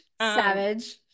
savage